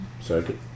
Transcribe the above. Second